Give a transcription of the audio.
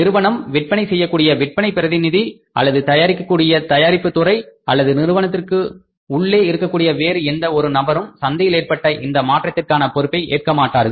நிறுவனம் விற்பனை செய்யக்கூடிய விற்பனை பிரதிநிதி அல்லது தயாரிக்கக்கூடிய தயாரிப்பு துறை அல்லது நிறுவனத்துக்கு உள்ளே இருக்கக்கூடிய வேறு எந்த ஒரு நபரும் சந்தையில் ஏற்பட்ட இந்த மாற்றத்திற்கான பொறுப்பை ஏற்க மாட்டார்கள்